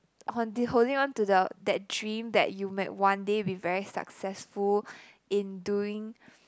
holding onto the that dream that you might one day be very successful in doing